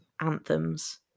anthems